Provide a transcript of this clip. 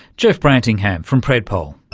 jeff brantingham from predpol.